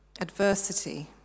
adversity